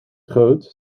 groot